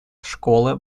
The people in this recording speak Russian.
школы